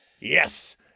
Yes